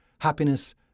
happiness